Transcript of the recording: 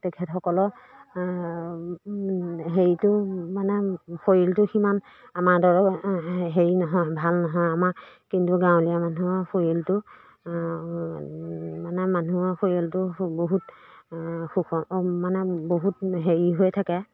তেখেতসকলক হেৰিটো মানে শৰীৰটো সিমান আমাৰ দৰে হেৰি নহয় ভাল নহয় আমাৰ কিন্তু গাঁৱলীয়া মানুহৰ শৰীৰটো মানে মানুহৰ শৰীৰটো বহুত সুখ মানে বহুত হেৰি হৈ থাকে